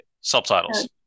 Subtitles